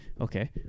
okay